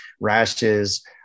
rashes